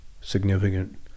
significant